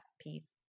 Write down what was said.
piece